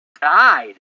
died